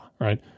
right